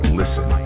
listen